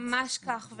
ממש כך.